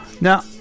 Now